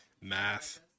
Math